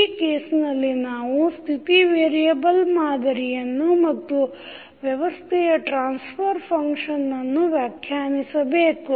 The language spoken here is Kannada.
ಈ ಕೇಸ್ನಲ್ಲಿ ನಾವು ಸ್ಥಿತಿ ವೇರಿಯೆಬಲ್ ಮಾದರಿಯನ್ನು ಮತ್ತು ವ್ಯವಸ್ಥೆಯ ಟ್ರಾನ್ಸ್ಫರ್ ಫಂಕ್ಷನ್ನ್ ಅನ್ನು ವ್ಯಾಖ್ಯಾನಿಸಬೇಕು